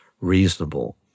reasonable